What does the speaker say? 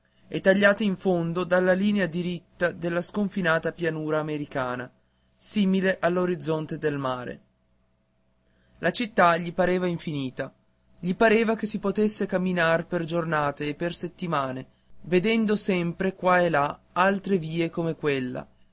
e tagliate in fondo dalla linea diritta della sconfinata pianura americana simile all'orizzonte del mare la città gli pareva infinita gli pareva che si potesse camminar per giornate e per settimane vedendo sempre di qua e di là altre vie come quelle